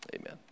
Amen